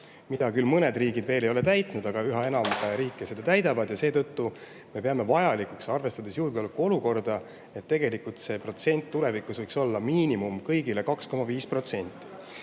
mida küll mõned riigid veel ei ole täitnud, aga üha enam riike seda täidavad. Seetõttu me peame vajalikuks, arvestades julgeolekuolukorda, et tegelikult see protsent tulevikus võiks olla kõigile